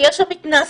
כי יש שם התנסויות.